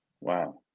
Wow